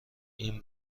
این